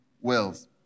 wills